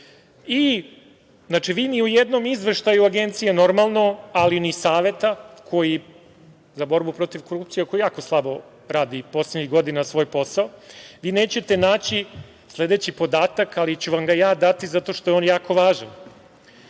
da kažem. Vi ni u jednom izveštaju Agencije, normalno, ali ni Saveta za borbu protiv korupcije, koji jako slabo radi poslednjih godina svoj posao, nećete naći sledeći podatak, ali ću vam ga ja dati, zato što je on jako važan